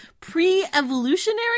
pre-evolutionary